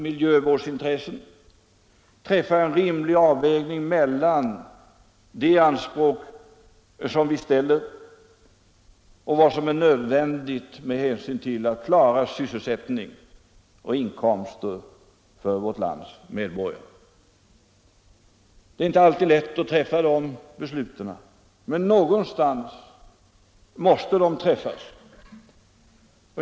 Vi måste träffa en rimlig avvägning mellan miljövårdsintressen och de anspråk vi ställer på sådant som är nödvändigt för att säkra sysselsättning och inkomster för vårt lands medborgare. Det är inte alltid lätt att träffa de besluten men någonstans måste de träffas.